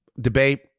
debate